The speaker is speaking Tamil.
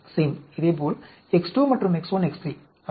இதேபோல் X2 மற்றும் X1 X3 அவை சரியாக ஒன்றுதான்